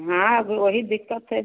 हाँ अब वही दिक्कत है